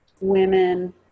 women